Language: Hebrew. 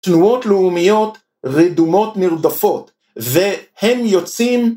תנועות לאומיות רדומות נרדפות והם יוצאים